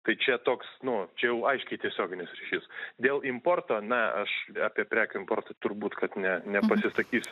tai čia toks nu čia jau aiškiai tiesioginis šis dėl importo na aš apie prekių importą turbūt kad ne nepasisakysiu